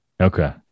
Okay